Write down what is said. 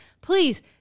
Please